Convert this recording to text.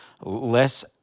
less